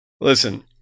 listen